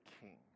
king